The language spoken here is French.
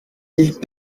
ils